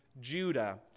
Judah